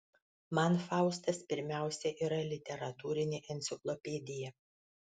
man faustas pirmiausia yra literatūrinė enciklopedija